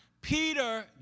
Peter